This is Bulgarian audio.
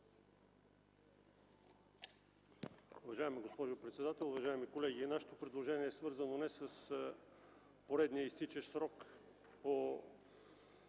Уважаема госпожо председател, уважаеми колеги! Нашето предложение е свързано не с поредния изтичащ срок по